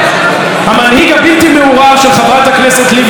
והמנהיג הבלתי-מעורער של חברת הכנסת לבני,